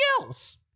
else